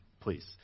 Please